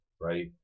Right